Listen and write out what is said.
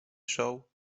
show